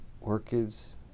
Orchids